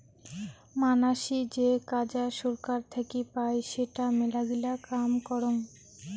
মানাসী যে কাজা সরকার থাকি পাই সেটা মেলাগিলা কাম করং